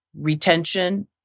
retention